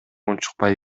унчукпай